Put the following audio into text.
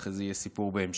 ואחרי זה יהיה סיפור בהמשכים.